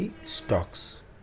stocks